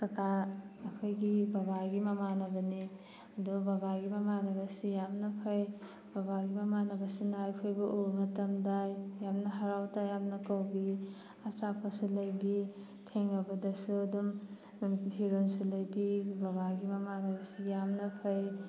ꯀꯀꯥ ꯑꯩꯈꯣꯏꯒꯤ ꯕꯕꯥꯒꯤ ꯃꯃꯥꯟꯅꯕꯅꯦ ꯑꯗꯣ ꯕꯕꯥꯒꯤ ꯃꯃꯥꯟꯅꯕꯁꯦ ꯌꯥꯝꯅ ꯐꯩ ꯕꯕꯥꯒꯤ ꯃꯃꯥꯟꯅꯕꯁꯤꯅ ꯑꯩꯈꯣꯏꯕꯨ ꯎꯕ ꯃꯇꯝꯗ ꯌꯥꯝꯅ ꯍꯔꯥꯎ ꯇꯥꯌꯥꯝꯅ ꯀꯧꯕꯤ ꯑꯆꯥꯄꯣꯠꯁꯨ ꯂꯩꯕꯤ ꯊꯦꯡꯅꯕꯗꯁꯨ ꯑꯗꯨꯝ ꯐꯤꯔꯣꯟꯁꯨ ꯂꯩꯕꯤ ꯕꯕꯥꯒꯤ ꯃꯃꯥꯟꯅꯕꯁꯤ ꯌꯥꯝꯅ ꯐꯩ